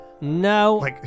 No